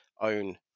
Own